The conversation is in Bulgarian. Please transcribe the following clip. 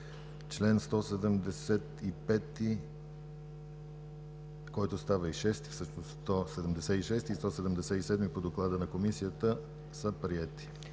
чл. 175, който става чл. 176, и чл. 177 по доклада на Комисията са приети.